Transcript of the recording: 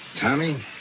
Tommy